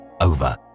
over